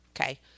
okay